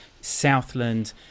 southland